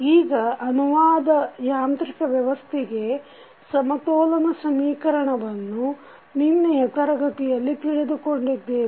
ಈಗ ಅನುವಾದ ಯಾಂತ್ರಿಕ ವ್ಯವಸ್ಥೆಗೆ ಸಮತೋಲನ ಸಮೀಕರಣವನ್ನು ನಿನ್ನೆಯ ತರಗತಿಯಲ್ಲಿ ತಿಳಿದುಕೊಂಡಿದ್ದೇವೆ